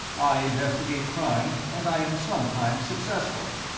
i investigate crime, and i am sometimes successful.